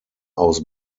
aus